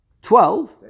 Twelve